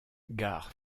gare